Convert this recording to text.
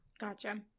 gotcha